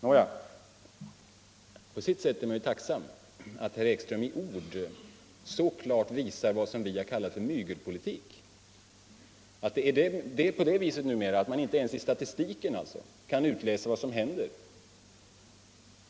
Nåja, på ett sätt är man ju tacksam för att herr Ekström i ord så klart visar vad vi har kallat för mygelpolitik: att det är på det viset numera att man inte i offentligt material kan läsa ut vad som händer.